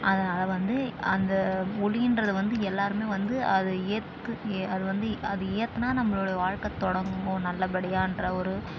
அதனால் வந்து அந்த ஒளிகிறத வந்து எல்லாேருமே வந்து அதை ஏற்று அதை வந்து அதை வந்து ஏற்றினா நம்மளோட வாழ்க்கை தொடங்கும் நல்லப்படியாகிற ஒரு